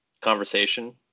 conversation